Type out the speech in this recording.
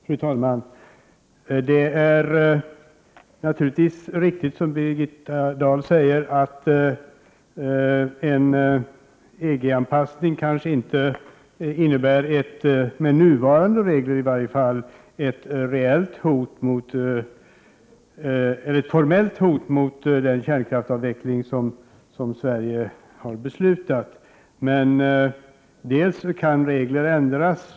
Fru talman! Det är naturligtvis riktigt, som Birgitta Dahl säger, att en EG-anpassning kanske inte innebär ett formellt hot mot den kärnkraftsavveckling som Sverige har beslutat — inte med nuvarande i regler i varje fall.